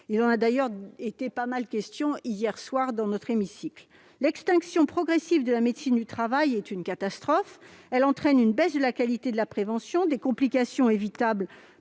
Il en a d'ailleurs été pas mal question hier soir dans cet hémicycle. L'extinction progressive de la médecine du travail est une catastrophe. Elle entraîne une baisse de la qualité de la prévention, des complications évitables